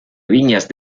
viñas